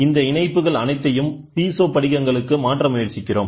இந்த இணைப்புகள் அனைத்தையும் பீசோ படிகங்களுக்கு மாற்ற முயற்சிக்கிறோம்